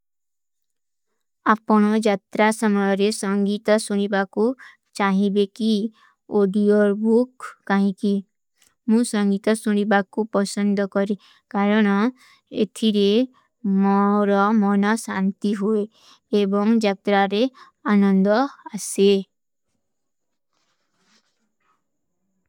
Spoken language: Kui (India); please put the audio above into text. ଅପନା ଜତ୍ରା ସମଯରେ ସଂଗୀତା ସୁନିବା କୋ ଚାହିବେ କୀ ଓଡିଯୋର ବୁକ କାହିକୀ। ମୁଝେ ସଂଗୀତା ସୁନିବା କୋ ପସଂଦ କରେଂ କାରଣ ଇତିରେ ମାରା ମନା ସାଂତି ହୁଏ ଏବଂ ଜତ୍ରାରେ ଅନନ୍ଦଃ ଅସେ।